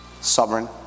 sovereign